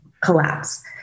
collapse